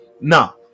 now